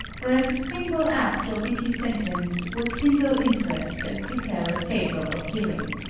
whereas a single apt or witty sentence will kindle interest and prepare a favorable hearing.